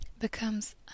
becomes